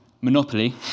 monopoly